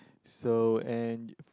so and